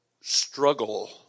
struggle